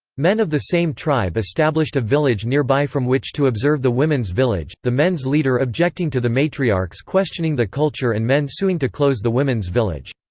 men of the same tribe established a village nearby from which to observe the women's village, the men's leader objecting to the matriarch's questioning the culture and men suing to close the women's village.